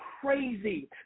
crazy